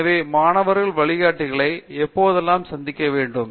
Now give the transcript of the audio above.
எனவே மாணவர்கள் வழிகாட்டிகளை எப்போதெல்லாம் சந்திக்க வேண்டும்